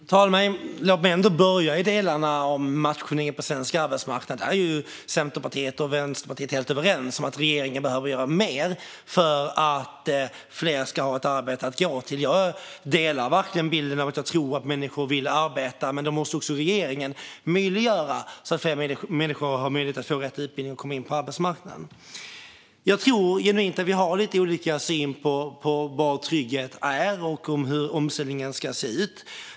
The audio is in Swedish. Fru talman! Låt mig börja i delarna som handlar om matchningen på svensk arbetsmarknad. Där är Centerpartiet och Vänsterpartiet helt överens, nämligen att regeringen behöver göra mer för att fler ska ha ett arbete att gå till. Jag delar verkligen bilden av att jag tror att människor vill arbeta, men då måste också regeringen göra det möjligt för fler människor att få rätt utbildning och komma in på arbetsmarknaden. Jag tror genuint att vi har lite olika syn på vad trygghet är och hur omställningen ska se ut.